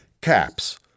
caps